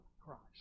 Christ